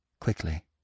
quickly